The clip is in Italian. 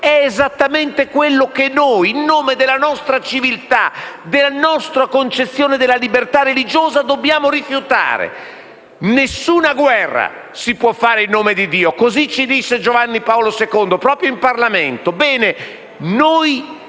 È esattamente quello che noi, in nome della nostra civiltà e della nostra concezione della libertà religiosa dobbiamo rifiutare. Nessuna guerra si può fare in nome di Dio: così ci disse Giovanni Paolo II proprio in Parlamento. Bene, noi